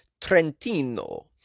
Trentino